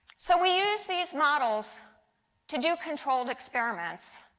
so we use these models to do controlled experiments,